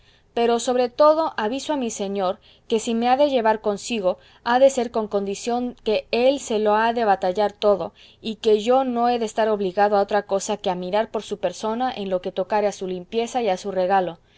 pero sobre todo aviso a mi señor que si me ha de llevar consigo ha de ser con condición que él se lo ha de batallar todo y que yo no he de estar obligado a otra cosa que a mirar por su persona en lo que tocare a su limpieza y a su regalo